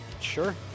Sure